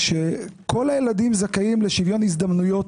שכל הילדים זכאים לשוויון הזדמנויות,